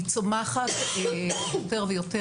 היא צומחת יותר ויותר.